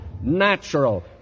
natural